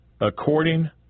according